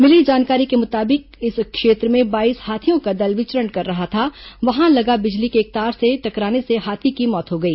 मिली जानकारी के मुताबिक इस क्षेत्र में बाईस हाथियों का दल विचरण कर रहा था वहां लगा बिजली के एक तार से टकराने से हाथी की मौत हो गई